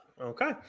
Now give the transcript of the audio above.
Okay